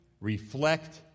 reflect